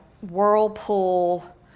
Whirlpool